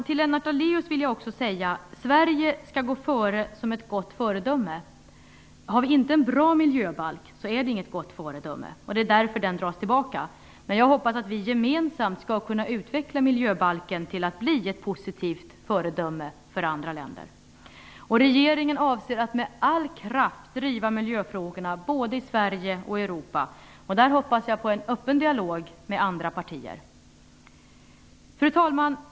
Till Lennart Daléus vill jag också säga att Sverige skall gå före som ett gott föredöme. Har vi inte en bra miljöbalk är det inget gott föredöme. Det är därför den dras tillbaka. Jag hoppas att vi gemensamt skall kunna utveckla miljöbalken till att bli ett positivt föredöme för andra länder. Regeringen avser att med all kraft driva miljöfrågorna, både i Sverige och i Europa. Där hoppas jag på en öppen dialog med andra partier. Fru talman!